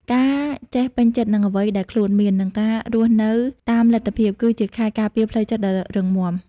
ការចេះពេញចិត្តនឹងអ្វីដែលខ្លួនមាន និងការរស់នៅតាមលទ្ធភាព គឺជាខែលការពារផ្លូវចិត្តដ៏រឹងមាំ។